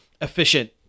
efficient